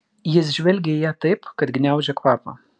jis žvelgė į ją taip kad gniaužė kvapą